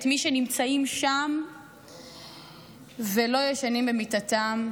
את מי שנמצאים שם ולא ישנים במיטתם.